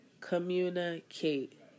communicate